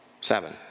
seven